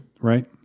Right